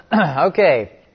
Okay